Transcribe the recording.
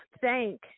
thank